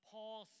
Paul